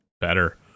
better